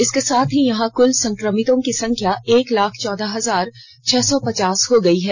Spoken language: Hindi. इसके साथ ही यहां कुल संक्रमितों की संख्या एक लाख चौदह हजार छह सौ पचास हो गई है